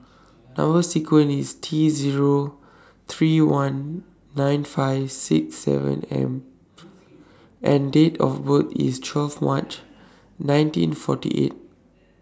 Number sequence IS T three Zero one nine five six seven M and Date of birth IS twelve March nineteen forty eight